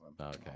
Okay